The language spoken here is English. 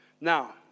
Now